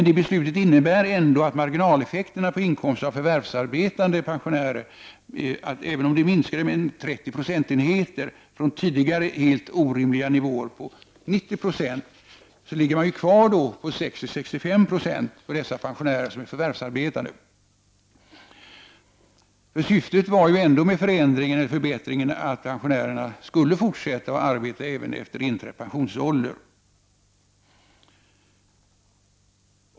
Det beslutet innebär ändå att marginaleffekterna på inkomst av förvärvsarbete minskade med drygt 30 procentenheter — från de tidigare helt orimliga nivåerna på över 90 760. Men man ligger ändå kvar på 60—65 96 för dessa förvärvsarbetande pensionärer. Syftet med förändringen var att möjliggöra för pensionärerna att fortsätta att arbeta även efter inträdd pensionsålder.